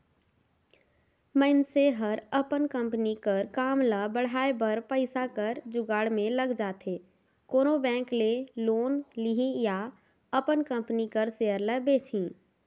मइनसे हर अपन कंपनी कर काम ल बढ़ाए बर पइसा कर जुगाड़ में लइग जाथे कोनो बेंक ले लोन लिही या अपन कंपनी कर सेयर ल बेंचही